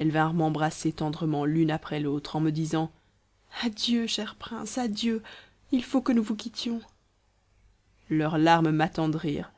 elles vinrent m'embrasser tendrement l'une après l'autre en me disant adieu cher prince adieu il faut que nous vous quittions leurs larmes m'attendrirent